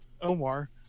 omar